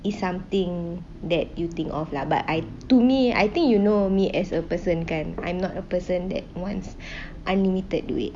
it's something that you think of lah but I to me I think you know me as a person kan I'm not a person that wants unlimited duit